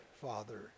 Father